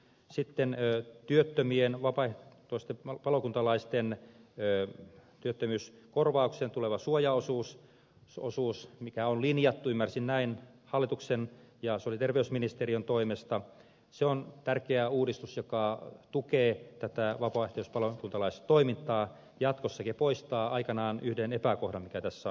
sitten työttömien vapaaehtoisten palokuntalaisten työttömyyskorvaukseen tuleva suojaosuus joka on linjattu ymmärsin näin hallituksen ja sosiaali ja terveysministeriön toimesta on tärkeä uudistus joka tukee vapaaehtoista palokuntalaistoimintaa jatkossakin ja poistaa aikanaan yhden epäkohdan joka tässä on ollut olemassa